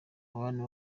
abantu